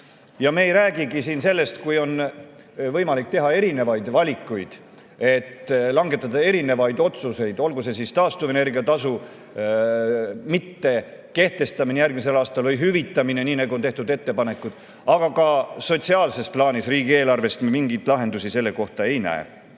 Me ei räägigi siin sellest, et on võimalik teha erinevaid valikuid, langetada erinevaid otsuseid, olgu see taastuvenergia tasu mittekehtestamine järgmisel aastal või selle hüvitamine, nii nagu on tehtud ettepanekud, aga ka sotsiaalses plaanis me riigieelarves mingeid lahendusi sellele ei näe.